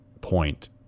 point